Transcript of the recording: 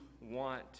want